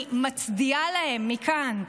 אני מצדיעה להם מכאן.